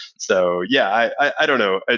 so yeah, i don't know.